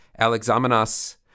Alexamenas